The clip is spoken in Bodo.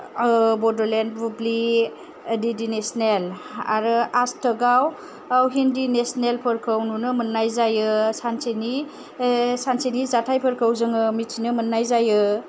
बड'लेण्ड बुब्लि डि डि नेसनेल आरो आज तक आव हिन्दी नेसनेलफोरखौ नुनो मोननाय जायो सानसेनि सानसेनि जाथायफोरखौ जोङो मिथिनो मोननाय जायो